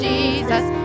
Jesus